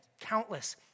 countless